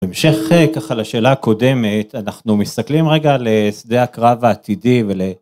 בהמשך, ככה, לשאלה הקודמת, אנחנו מסתכלים רגע על שדה הקרב העתידי ול...